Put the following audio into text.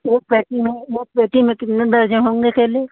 वो पैकिंग में वो पैकिंग में कितने दर्जन होंगे केले